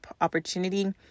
opportunity